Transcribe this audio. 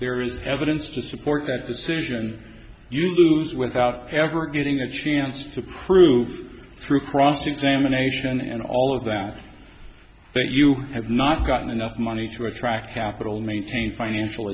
there is evidence to support that decision you lose without ever getting a chance to prove through cross examination and all of that but you have not got enough money to attract capital and maintain financial